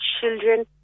Children